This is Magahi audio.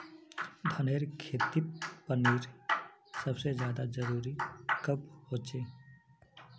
धानेर खेतीत पानीर सबसे ज्यादा जरुरी कब होचे?